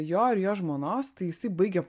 jo ir jo žmonos tai jisai baigė